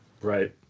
Right